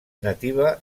nativa